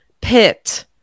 pit